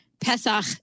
Pesach